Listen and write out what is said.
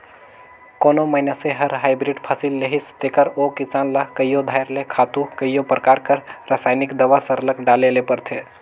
कोनो मइनसे हर हाईब्रिड फसिल लेहिस तेकर ओ किसान ल कइयो धाएर ले खातू कइयो परकार कर रसइनिक दावा सरलग डाले ले परथे